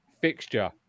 fixture